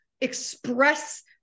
express